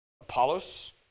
Apollos